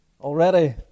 already